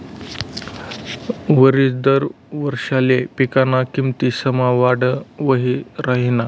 वरिस दर वारिसले पिकना किमतीसमा वाढ वही राहिनी